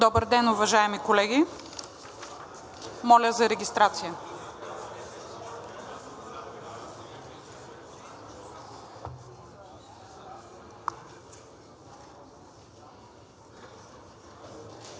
Добър ден, уважаеми колеги! Моля за регистрация.